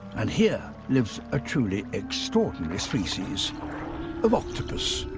and here lives a truly extraordinary species of octopus.